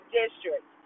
district